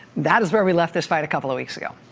that is where we left this fight a couple of weeks ago.